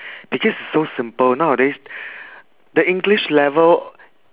because so simple nowadays the english level